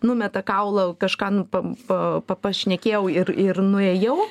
numeta kaulą kažką nu pa pa pašnekėjau ir ir nuėjau